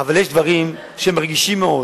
אבל יש דברים שהם רגישים מאוד.